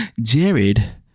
Jared